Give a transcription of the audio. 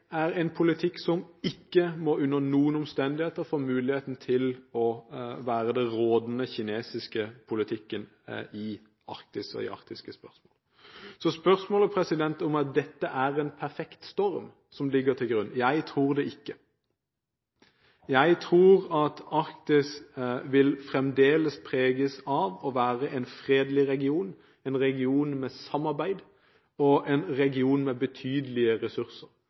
er en politikk som ikke under noen omstendigheter må få muligheten til å være den rådende kinesiske politikken i Arktis og i arktiske spørsmål. Spørsmålet er om det er en perfekt storm som ligger til grunn for dette. Jeg tror ikke det. Jeg tror at Arktis fremdeles vil preges av å være en fredelig region – en region med samarbeid og